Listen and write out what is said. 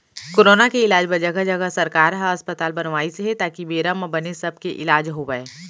corona के इलाज बर जघा जघा सरकार ह अस्पताल बनवाइस हे ताकि बेरा म बने सब के इलाज होवय